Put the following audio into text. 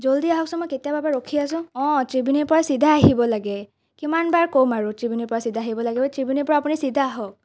জল্ডি আহকচোন মই কেতিয়াবাৰ পৰা ৰখি আছোঁ অঁ ত্ৰিবেনীৰ পৰা চিধা আহিব লাগে কিমানবাৰ ক'ম আৰু ত্ৰিবেনীৰ পৰা চিধা আহিব লাগে বুলি ত্ৰিবেনীৰ পৰা আপুনি চিধা আহক